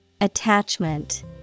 Attachment